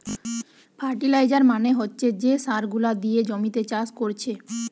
fertiliser মানে হচ্ছে যে সার গুলা দিয়ে জমিতে চাষ কোরছে